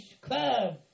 club